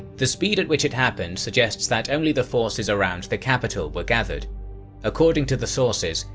the speed at which it happened suggests that only the forces around the capital were gathered according to the sources,